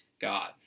God